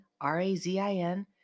R-A-Z-I-N